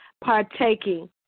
partaking